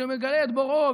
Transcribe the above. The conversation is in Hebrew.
שמגלה את בוראו,